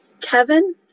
Kevin